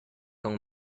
con